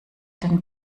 den